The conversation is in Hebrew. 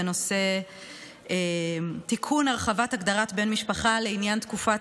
בנושא הרחבת הגדרת בן משפחת לעניין תקופת